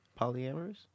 polyamorous